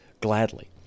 Gladly